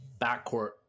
Backcourt